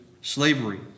slavery